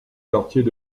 quartiers